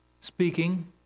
speaking